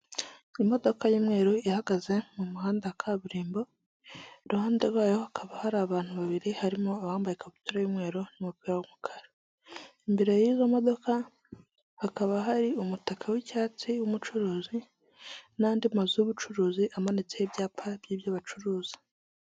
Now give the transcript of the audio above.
Imodoka y'umweru ihagaze mu muhanda wa kaburimbo, iruhande rwayo hakaba hari abantu babiri harimo abambaye ikabutura y'umweru n'umupira w'umukara, imbere y'izo modoka hakaba hari umutaka w'icyatsi w'umucuruzi, n'andi mazu y'ubucuruzi amanitseho ibyapa by'ibyo bacuruza.